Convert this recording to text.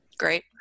Great